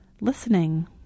Listening